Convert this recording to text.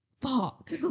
fuck